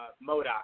Modoc